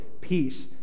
peace